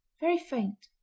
very faint.